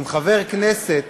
אם חבר כנסת